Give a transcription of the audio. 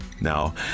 Now